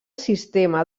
sistema